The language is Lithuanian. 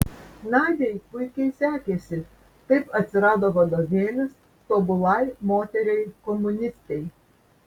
nadiai puikiai sekėsi taip atsirado vadovėlis tobulai moteriai komunistei